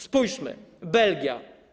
Spójrzmy: Belgia.